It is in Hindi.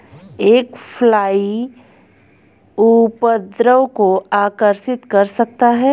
एक फ्लाई उपद्रव को आकर्षित कर सकता है?